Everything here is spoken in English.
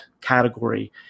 category